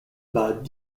bat